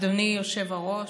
אדוני היושב-ראש,